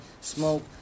smoke